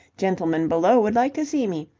gentleman below would like to see me.